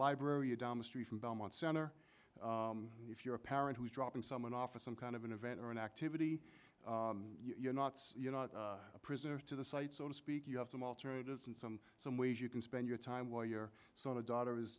library or down the street from belmont center if you're a parent who is dropping someone off a some kind of an event or an activity you're not you know a prisoner to the site so to speak you have some alternatives and some some ways you can spend your time while your son or daughter is